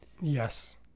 Yes